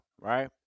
right